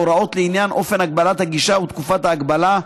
הוראות לעניין אופן הגבלת הגישה ותקופת ההגבלה.